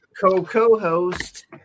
co-co-host